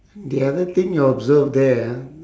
the other thing you observe there ah